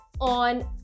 on